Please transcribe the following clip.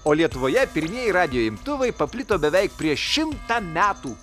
o lietuvoje pirmieji radijo imtuvai paplito beveik prieš šimtą metų